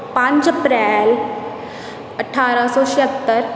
ਪੰਜ ਅਪ੍ਰੈਲ ਅਠਾਰ੍ਹਾਂ ਸੌ ਛਿਹੱਤਰ